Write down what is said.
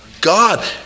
God